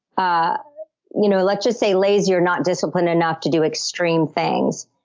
ah you know let's just say lazy, or not disciplined enough to do extreme things,